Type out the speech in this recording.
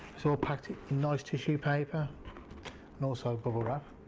so packed in nice tissue paper and also bubble wrap.